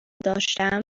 داشتم